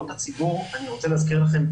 אני רוצה להזכיר לכם,